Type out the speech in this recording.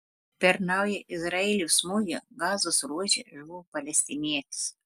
per naują izraelio smūgį gazos ruože žuvo palestinietis